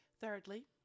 Thirdly